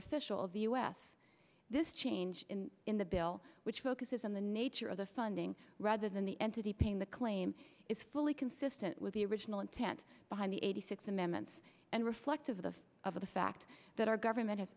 official of the u s this change in the bill which focuses on the nature of the funding rather than the entity paying the claim is fully consistent with the original intent behind the eighty six amendments and reflect of the of the fact that our government has